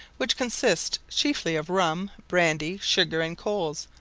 which consists chiefly of rum, brandy, sugar, and coals,